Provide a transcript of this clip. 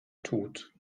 tut